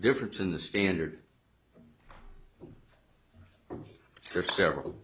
difference in the standard for several